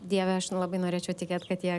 dieve aš labai norėčiau tikėt kad jie